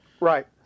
Right